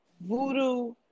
voodoo